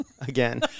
again